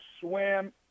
swim